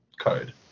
code